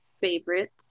favorites